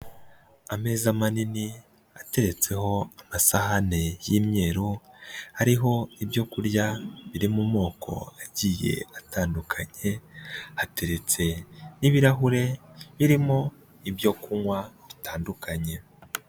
Ameza manini ateretseho amasahane y'imyeru hariho ibyo kurya biri mu moko agiye atandukanye, hateretse n'ibirahure birimo ibyo kunywa bitandukanye.